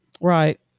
right